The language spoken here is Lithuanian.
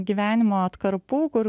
gyvenimo atkarpų kur